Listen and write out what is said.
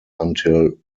until